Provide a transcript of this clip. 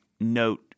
note